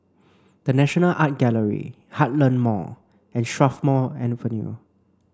The National Art Gallery Heartland Mall and Strathmore Avenue